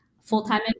full-time